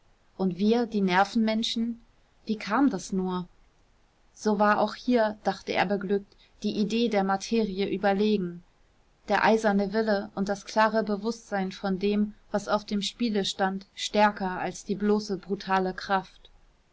und wir die nervenmenschen wie kam das nur so war auch hier dachte er beglückt die idee der materie überlegen der eiserne wille und das klare bewußtsein von dem was auf dem spiele stand stärker als die bloße brutale kraft